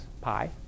pi